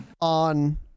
on